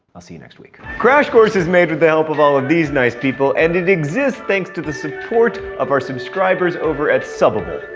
i'll see you next week. crash course is made with the help of all of these nice people, and it exists thanks to the support of our subscribers over at subbable.